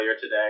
today